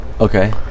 Okay